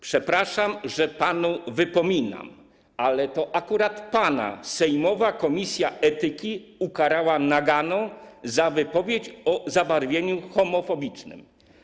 Przepraszam, że panu wypominam, ale to akurat pana sejmowa komisja etyki ukarała naganą za wypowiedź o zabarwieniu homofobicznym.